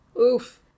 Oof